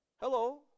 Hello